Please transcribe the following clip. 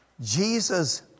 Jesus